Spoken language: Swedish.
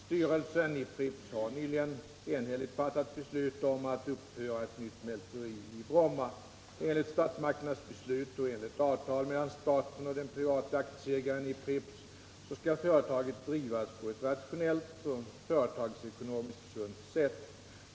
Styrelsen i Pripps har nyligen enhälligt fattat beslut om att uppföra ett nytt mälteri i Bromma. Enligt statsmakternas beslut och enligt avtal mellan staten och den private aktieägaren i Pripps skall företaget drivas på ett rationellt och företagsekonomiskt sunt sätt.